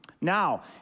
Now